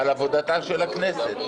על עבודתה של הכנסת,